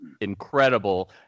incredible